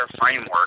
framework